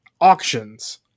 auctions